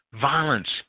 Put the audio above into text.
violence